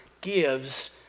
gives